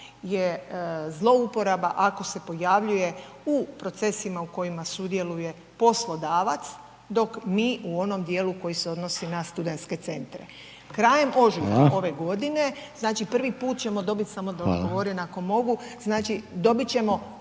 je zlouporaba ako se pojavljuje u procesima u kojima sudjeluje poslodavac, dok mi u onom dijelu koji se odnosi na studentske centra. Krajem ožujka ove godine znači prvi put ćemo dobi, samo da odgovorim ako mogu, znači dobit ćemo